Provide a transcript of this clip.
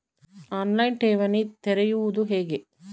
On line ಠೇವಣಿ ತೆರೆಯುವುದು ಹೇಗೆ?